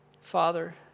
Father